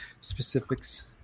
specifics